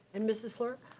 and mrs. fluor,